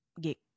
get